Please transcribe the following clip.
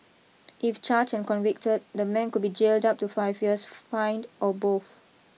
if charged and convicted the man could be jailed up to five years fined or both